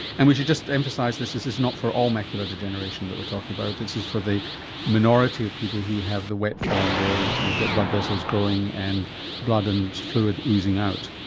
and we should just emphasise that this is not for all macular degeneration that we're talking about, this is for the minority of people who have the wet form, where you've got blood vessels growing and blood and fluid oozing out.